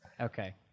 Okay